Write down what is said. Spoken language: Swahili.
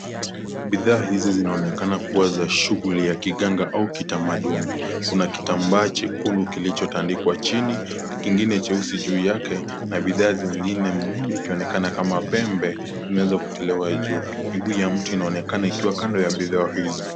Bidhaa hizi zinaonekana kuwa za shuguli ya kiganga au kitamaduni, kuna kitambaa chekundu kilichotandikwa chini na kingine cheusi juu yake na bidhaa zingine muudhi kuonekana kama pembe imeeza kuekelewa juu, miguu ya mti inaonekana ikiwa kando ya bidhaa hizi.